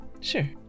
Sure